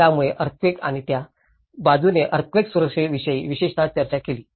त्यावेळी अर्थक्वेक आणि त्या बाजूने अर्थक्वेक सुरक्षेविषयी विशेषत चर्चा केली